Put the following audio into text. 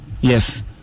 yes